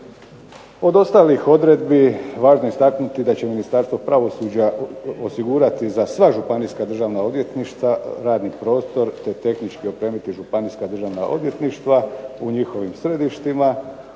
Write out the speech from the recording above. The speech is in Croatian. Od ostalih odredbi važno je istaknuti da će Ministarstvo pravosuđa osigurati za sva županijska državna odvjetništva radni prostor te tehnički opremiti županijska državna odvjetništva u njihovim središtima,